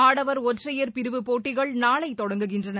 ஆடவர் ஒற்றையர் பிரிவு போட்டிகள் நாளை தொடங்குகின்றன